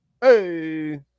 Hey